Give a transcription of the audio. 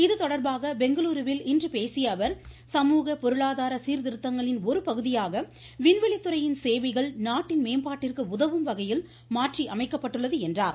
இதுதொடர்பாக பெங்களூருவில் சமூக பொருளாதார சீரர்திருத்தங்களின் ஒரு பகுதியாக விண்வெளி துறையின் சேவைகள் நாட்டின் மேம்பாட்டிற்கு உதவும் வகையில் மாற்றி அமைக்கப்பட்டுள்ளது என்றார்